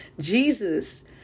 Jesus